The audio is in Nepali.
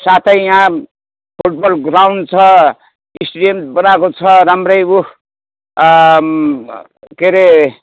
साथै यहाँ फुटबल ग्राउन्ड छ स्टेडियम बनाएको छ राम्रै ऊ के अरे